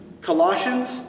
Colossians